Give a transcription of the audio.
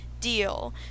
deal